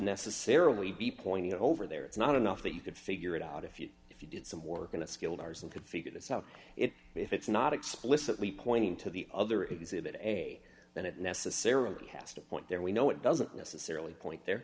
necessarily be pointing over there it's not enough that you could figure it out if you if you did some work in a skilled ours and could figure this out it if it's not explicitly pointing to the other exhibit a then it necessarily has to point there we know it doesn't necessarily point there